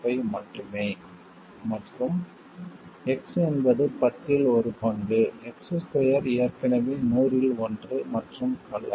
25 மட்டுமே மற்றும் x என்பது பத்தில் ஒரு பங்கு x2 ஏற்கனவே நூறில் ஒன்று மற்றும் பல